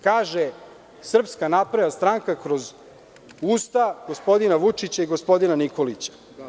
Kaže Srpska napredna stranka kroz usta gospodina Vučića i gospodina Nikolića.